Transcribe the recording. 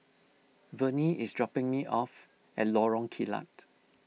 Vernie is dropping me off at Lorong Kilat